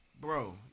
Bro